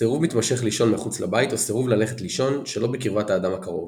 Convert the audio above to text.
סרוב מתמשך לישון מחוץ לבית או סירוב ללכת לישון שלא בקרבת האדם הקרוב.